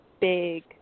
big